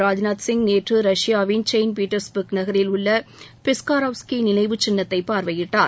ராஜ்நாத் சிங் நேற்று ரஷ்யாவின் Saint Petersburg நகரில் உள்ள பிஸ்காரெவ்ஸ்கி நினைவுச் சின்னத்தை பார்வையிட்டார்